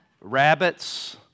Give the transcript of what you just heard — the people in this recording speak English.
rabbits